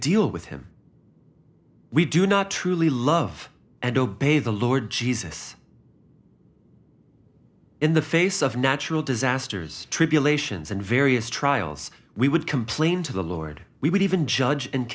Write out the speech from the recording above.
deal with him we do not truly love and obey the lord jesus in the face of natural disasters tribulations and various trials we would complain to the lord we would even judge and